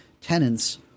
tenants